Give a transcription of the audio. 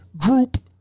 Group